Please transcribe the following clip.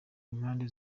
impande